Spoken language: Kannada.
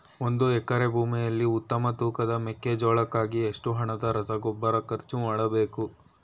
ಒಂದು ಎಕರೆ ಭೂಮಿಯಲ್ಲಿ ಉತ್ತಮ ತೂಕದ ಮೆಕ್ಕೆಜೋಳಕ್ಕಾಗಿ ಎಷ್ಟು ಹಣದ ರಸಗೊಬ್ಬರ ಖರ್ಚು ಮಾಡಬೇಕು?